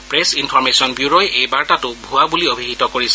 press information bureau বাৰ্তাটো ভুৱা বুলি অভিহিত কৰিছে